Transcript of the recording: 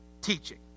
teaching